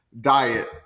diet